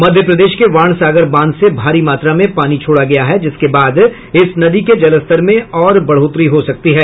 मध्य प्रदेश के वाण सागर बांध से भारी मात्रा में पानी छोड़ा गया है जिसके बाद इस नदी के जलस्तर में और बढ़ोतरी हो सकती है